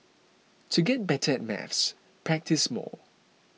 to get better at maths practise more